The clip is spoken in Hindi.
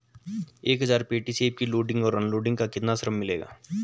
एक हज़ार पेटी सेब की लोडिंग और अनलोडिंग का कितना श्रम मिलेगा?